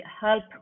help